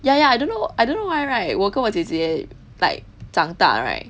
ya ya I don't know I don't know why right 我跟我姐姐 like 长大 right